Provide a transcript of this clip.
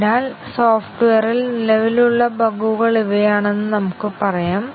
അതിനാൽ സോഫ്റ്റ്വെയറിൽ നിലവിലുള്ള ബഗുകൾ ഇവയാണെന്ന് നമുക്ക് പറയാം